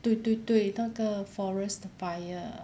对对对那个 forest fire